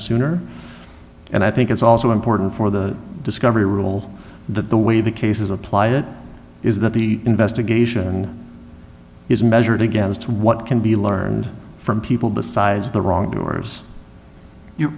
sooner and i think it's also important for the discovery rule that the way the cases apply it is that the investigation and is measured against what can be learned from people besides the wrongdoers you